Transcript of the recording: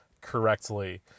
correctly